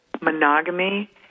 monogamy